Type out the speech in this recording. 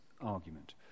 argument